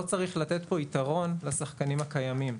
לא צריך לתת פה יתרון לשחקנים הקיימים.